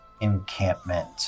encampment